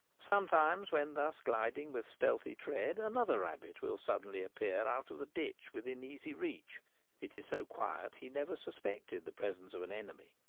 sometimes, when thus gliding with stealthy tread, another rabbit will suddenly appear out of the ditch within easy reach it is so quiet he never suspected the presence of an enemy.